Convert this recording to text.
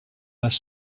bus